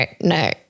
no